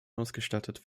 ausgestattet